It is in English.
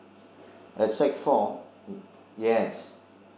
at sec four mm yes